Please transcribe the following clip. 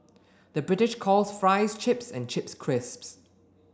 the British calls fries chips and chips crisps